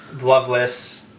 Loveless